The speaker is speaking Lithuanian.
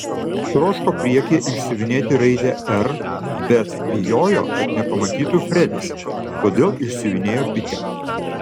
troško priekyje išsiuvinėti raidę r bet bijojo kad nepamatytų fredis todėl išsiuvinėjo bitę